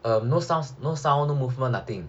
um no sounds no sound no movement nothing